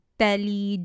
telly